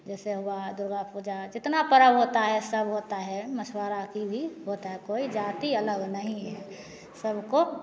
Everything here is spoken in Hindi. जैसे हुआ दुर्गा पूजा जितना परब होता है सब होता है मछुवारा की भी होता है कोई जाती अलग नहीं है सबको